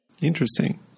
Interesting